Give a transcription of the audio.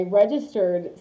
registered